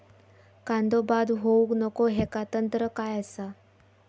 कांदो बाद होऊक नको ह्याका तंत्र काय असा?